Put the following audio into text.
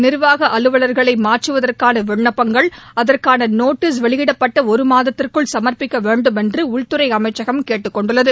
நிர்வாக அலுவலர்களை மாற்றுவதற்காள விண்ணப்பங்கள் அதற்கான நோட்டீஸ் வெளியிடப்பட்ட ஒரு மாதத்திற்குள் சமர்ப்பிக்க வேண்டும் என்று உள்துறை அமைச்சகம் கேட்டுக் கொண்டுள்ளது